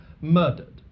murdered